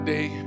day